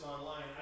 online